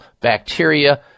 bacteria